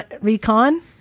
recon